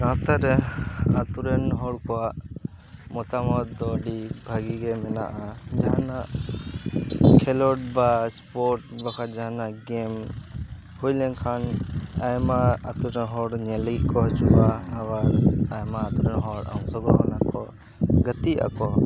ᱜᱟᱶᱛᱟ ᱨᱮ ᱟᱛᱳ ᱨᱮᱱ ᱦᱚᱲ ᱠᱚᱣᱟᱜ ᱢᱚᱛᱟ ᱢᱚᱛ ᱫᱚ ᱟᱹᱰᱤ ᱵᱷᱟᱜᱮ ᱜᱮ ᱢᱮᱱᱟᱜᱼᱟ ᱡᱟᱦᱟᱱᱟᱜ ᱠᱷᱮᱞᱳᱰ ᱵᱟ ᱮᱥᱯᱳᱴ ᱵᱟᱠᱷᱟᱡ ᱡᱟᱦᱟᱸ ᱱᱟᱜ ᱜᱮᱢ ᱦᱩᱭ ᱞᱮᱱ ᱠᱷᱟᱱ ᱟᱭᱢᱟ ᱟᱛᱳ ᱨᱮ ᱦᱚᱲ ᱧᱮᱞ ᱞᱟᱹᱜᱤᱫ ᱠᱚ ᱦᱟᱹᱡᱩᱜᱼᱟ ᱟᱵᱟᱨ ᱟᱭᱢᱟ ᱟᱛᱳ ᱨᱮᱱ ᱦᱚᱲ ᱚᱝᱥᱚ ᱜᱨᱚᱦᱚᱱᱟᱠᱚ ᱜᱟᱹᱛᱮᱜ ᱟᱠᱚ